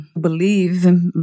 believe